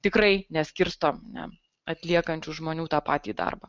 tikrai neskirstom ne atliekančių žmonių tą patį darbą